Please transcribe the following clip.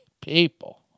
People